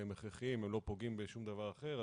הם הכרחיים והם לא פוגעים בשום דבר אחר,